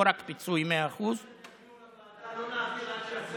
לא רק פיצוי 100%. לא נעביר בוועדה